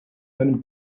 einem